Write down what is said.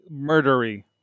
Murdery